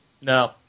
No